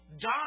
die